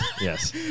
yes